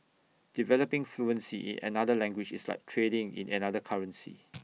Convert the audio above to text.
developing fluency in another language is like trading in another currency